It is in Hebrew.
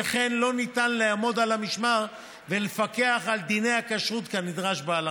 שכן לא ניתן לעמוד על המשמר ולפקח על דיני הכשרות כנדרש בהלכה.